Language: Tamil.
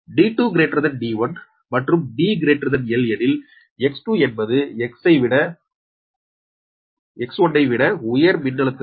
D2 D1 மற்றும் D2 D1 எனில் X2 என்பது X1 ஐ விட உயர் மின்னழுத்ததில் உள்ளது